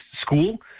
school